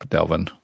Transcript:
Delvin